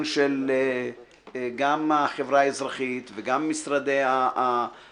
גם של החברה האזרחית וגם של משרדי הממשלה,